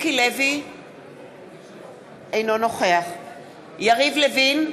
אינו נוכח יריב לוין,